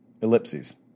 ellipses